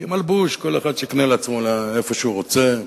כי מלבוש, כל אחד שיקנה לעצמו איפה שהוא רוצה,